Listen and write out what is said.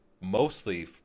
mostly